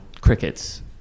crickets